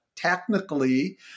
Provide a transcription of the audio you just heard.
Technically